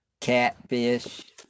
catfish